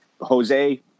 Jose